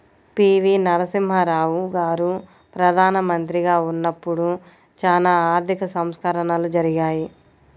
పి.వి.నరసింహారావు గారు ప్రదానమంత్రిగా ఉన్నపుడు చానా ఆర్థిక సంస్కరణలు జరిగాయి